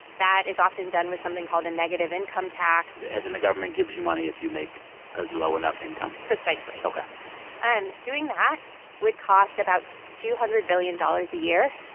that is often done with something called a negative income tax as in the government gives you money if you make a low enough income precisely ok doing that would cost about two hundred billion dollars a year.